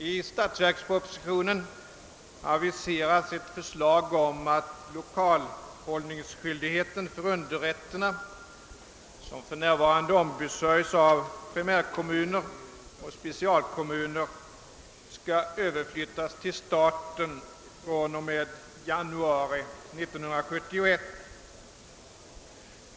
I statsverkspropositionen aviseras ett förslag om att lokalhållningsskyldigheten för underrätterna, som för närvarande åvilar primärkommuner och specialkommuner, skail överflyttas till staten fr.o.m. januari 1971.